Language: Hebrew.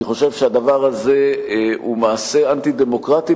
אני חושב שהדבר הזה הוא מעשה אנטי-דמוקרטי,